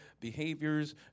behaviors